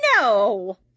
No